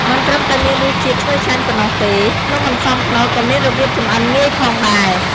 មិនត្រឹមតែមានរសជាតិឈ្ងុយឆ្ងាញ់ប៉ុណ្ណោះទេ នំអន្សមខ្នុរក៏មានរបៀបចម្អិនងាយផងដែរ។